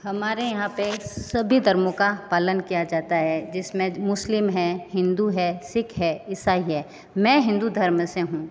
हमारे यहां पे सभी धर्मो का पालन किया जाता है जिसमें मुस्लिम हैं हिंदू हैं सिख हैं इसाई हैं मैं हिंदू धर्म से हूँ